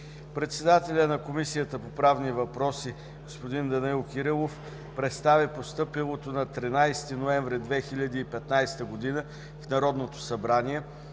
Председателят на Комисията по правни въпроси г-н Данаил Кирилов представи постъпилото на 13 ноември 2015 г. в Народното събрание